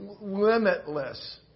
limitless